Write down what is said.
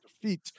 defeat